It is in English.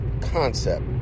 concept